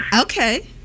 Okay